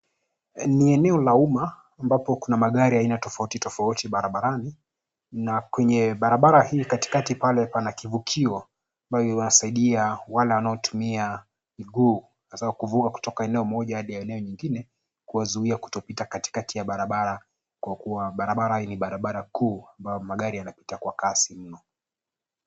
Ni eneo la uma ambapo kuna magari ya aina tofauti tofauti barabarani na kwenye barabara hii katikati pale pana kivukio ambao huwasaidia wale wanao tumia miguu hasa kuvuka kutoka eneo moja hadi eneo nyingine . kuwazuia kutopita katikati ya barabara kwa kuwa barabara hii ni barabara kuu ambayo magari yanapita kwa kasi mno.